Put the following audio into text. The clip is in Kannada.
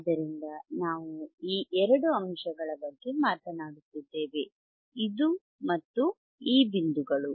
ಆದ್ದರಿಂದ ನಾವು ಈ 2 ಅಂಶಗಳ ಬಗ್ಗೆ ಮಾತನಾಡುತ್ತಿದ್ದೇವೆ ಇದು ಮತ್ತು ಈ ಬಿಂದುಗಳು